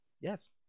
Yes